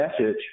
message